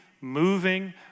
moving